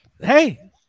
Hey